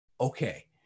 Okay